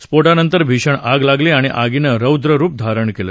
स्फोटानंतर भीषण ग लागली णि गीनं रौद्ररुप धारण केलं